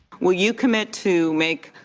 will you commit to make